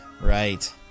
Right